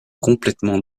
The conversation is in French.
complètement